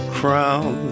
crown